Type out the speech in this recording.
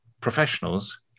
Professionals